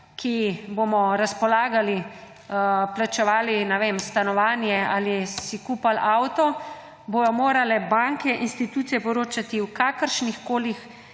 ki bomo razpolagali, plačevali stanovanje ali si kupili avto, bojo morale banke, institucije poročati o kakršnihkoli